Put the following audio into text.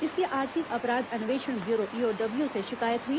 इसकी आर्थिक अपराध अन्वेषण ब्यूरो ईओडब्ल्यू में शिकायत हुई